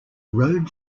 road